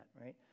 right